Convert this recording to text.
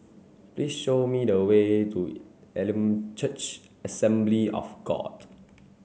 please show me the way to Elim Church Assembly of God